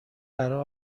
برا